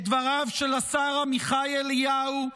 את דבריו של השר עמיחי אליהו,